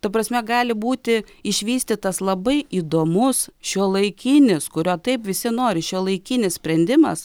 ta prasme gali būti išvystytas labai įdomus šiuolaikinis kurio taip visi nori šiuolaikinis sprendimas